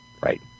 Right